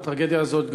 על הטרגדיה הזאת,